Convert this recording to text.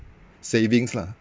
savings lah